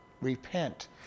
repent